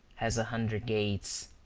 has a hundred gates.